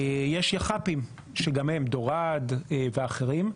יש יח"פים, דוראד ואחרים,